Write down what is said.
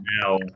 now